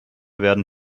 werden